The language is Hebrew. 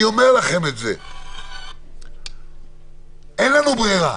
אני אומר לכם, אין לנו בררה.